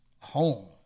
home